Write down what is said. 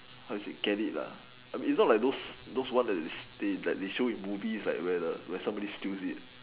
how you say get it it's not like those those one that they show in movie like somebody steals it